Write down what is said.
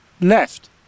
left